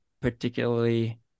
particularly